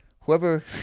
Whoever